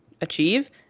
achieve